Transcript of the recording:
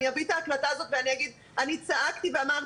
אני אביא את ההקלטה הזאת ואגיד אני צעקתי ואמרתי,